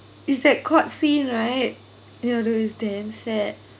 it's that court scene right ya that is damn sad